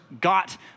got